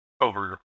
over